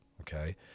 okay